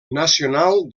nacional